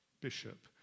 bishop